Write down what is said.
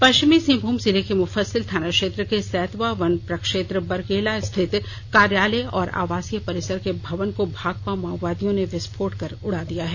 पश्चिमी सिंहभूम जिले के मुफस्सिल थाना क्षेत्र के सैतवा वन प्रक्षेत्र बरकेला स्थित कार्यालय और आवासीय परिसर के भवन को भाकपा माओवादियों ने विस्फोट कर उड़ा दिया है